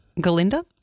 Galinda